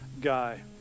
guy